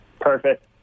Perfect